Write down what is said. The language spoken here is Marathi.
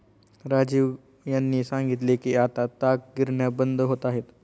राजीव यांनी सांगितले की आता ताग गिरण्या बंद होत आहेत